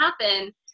happen